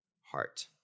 heart